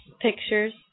pictures